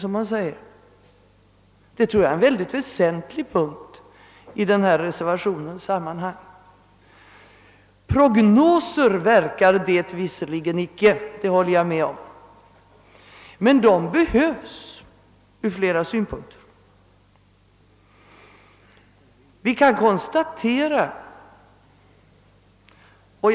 Jag tror det är en mycket väsentlig punkt i denna reservation. Prognoser verkar det visserligen icke — det håller jag med om. Men de behövs ur flera synpunkter. Vi kan konstatera vissa företeelser.